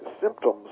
symptoms